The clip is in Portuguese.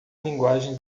linguagem